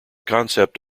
concept